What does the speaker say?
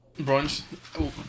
Brunch